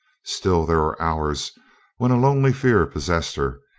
still there were hours when a lonely fear possessed her,